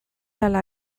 ala